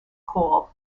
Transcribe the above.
called